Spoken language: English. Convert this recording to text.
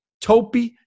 Topi